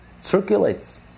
circulates